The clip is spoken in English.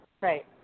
Right